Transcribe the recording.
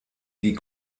die